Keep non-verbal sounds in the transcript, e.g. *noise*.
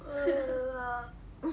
*laughs*